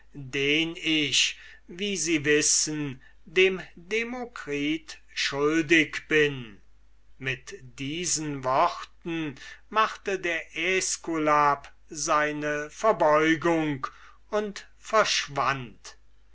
den ich wie sie wissen dem demokritus schuldig bin mit diesen worten machte der aeskulap seine verbeugung und verschwand